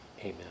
Amen